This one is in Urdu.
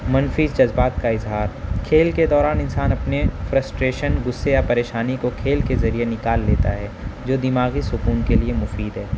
منفی جذبات کا اظہار کھیل کے دوران انسان اپنے فرسٹریشن غصے یا پریشانی کو کھیل کے ذریعے نکال لیتا ہے جو دماغی سکون کے لیے مفید ہے